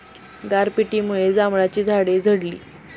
गारपिटीमुळे जांभळाची झाडे झडली